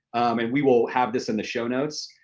and we will have this in the show notes,